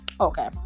Okay